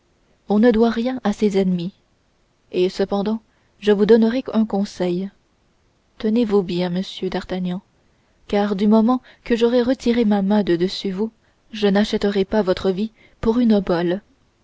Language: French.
on ne doit rien à ses ennemis et cependant je vous donnerai un conseil tenez-vous bien monsieur d'artagnan car du moment que j'aurai retiré ma main de dessus vous je n'achèterai pas votre vie pour une obole